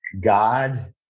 God